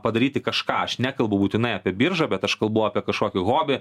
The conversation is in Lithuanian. padaryti kažką aš nekalbu būtinai apie biržą bet aš kalbu apie kažkokį hobį